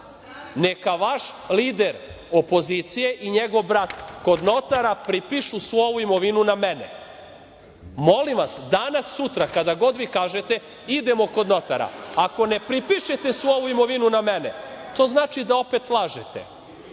neka vaš lider opozicije i njegov brat kod notara prepišu svu ovu imovinu na mene. Molim vas, danas, sutra, kad god vi kažete, idemo kod notara. Ako ne prepišete svu ovu imovinu na mene, to znači da opet lažete. Znate